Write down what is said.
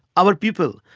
our people,